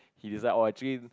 he decide oh actually